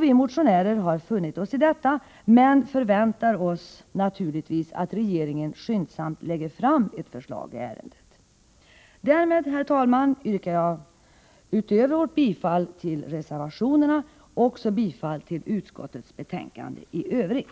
Vi motionärer har funnit oss i detta, men förväntar oss naturligtvis att regeringen skyndsamt lägger fram ett förslag i ärendet. Därmed yrkar jag, herr talman, utöver vårt bifall till reservationerna också bifall till utskottets hemställan i övrigt.